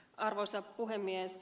arvoisa puhemies